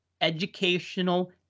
educational